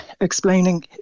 explaining